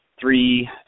three –